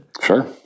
sure